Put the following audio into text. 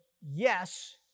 yes